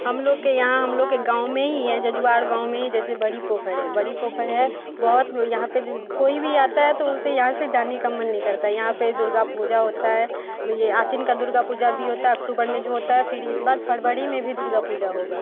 हम लोग के यहाँ हम लोग के गाँव में ही यजवार गाँव में जैसे बड़ी पोखर है बड़ी पोखर है बहुत यहाँ पे जो कोई भी आता है तो उसे यहाँ से जाने का मन नहीं करता यहाँ पे दुर्गा पूजा होता है ये आसिन का दुर्गा पूजा भी होता है अक्टूबर में जो होता है फिर इस बार फरबरी में भी दुर्गा पूजा होगा